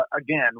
again